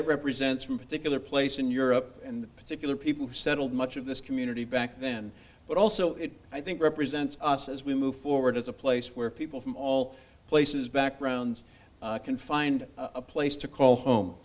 it represents from a particular place in europe and the particular people who settled much of this community back then but also it i think represents us as we move forward as a place where people from all places backgrounds can find a place to call home